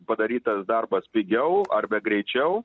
padarytas darbas pigiau arbe greičiau